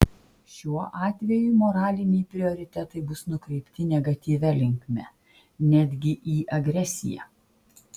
šiuo atveju moraliniai prioritetai bus nukreipti negatyvia linkme netgi į agresiją